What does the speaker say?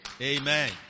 Amen